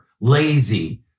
lazy